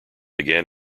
began